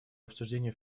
обсуждений